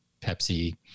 Pepsi